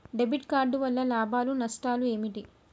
Debit card వల్ల లాభాలు నష్టాలు ఏమిటి?